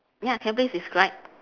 ya can you please describe